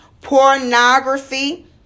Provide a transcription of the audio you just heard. pornography